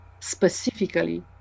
specifically